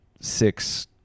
six